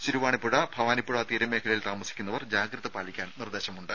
ശിരിവാണിപ്പുഴ ഭവാനിപ്പുഴ തീരമേഖലയിൽ താമസിക്കുന്നവർ ജാഗ്രത പാലിക്കാൻ നിർദേശമുണ്ട്